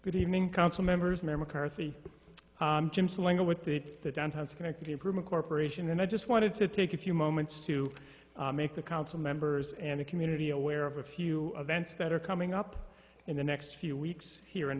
good evening council members member carthy jim slinger with the the downtown schenectady improvement corporation and i just wanted to take a few moments to make the council members and the community aware of a few events that are coming up in the next few weeks here in